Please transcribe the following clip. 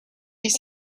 these